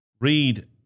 Read